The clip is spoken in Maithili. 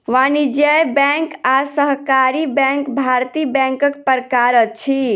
वाणिज्य बैंक आ सहकारी बैंक भारतीय बैंकक प्रकार अछि